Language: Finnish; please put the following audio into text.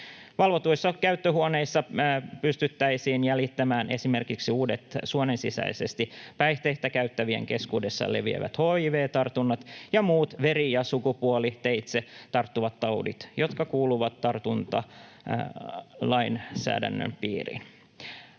Valvotuissa käyttöhuoneissa pystyttäisiin jäljittämään esimerkiksi uudet suonensisäisesti päihteitä käyttävien keskuudessa leviävät hiv-tartunnat ja muut veri- ja sukupuoliteitse tarttuvat taudit, jotka kuuluvat tartuntalainsäädännön piiriin.